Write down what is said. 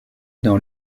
dans